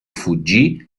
fuggì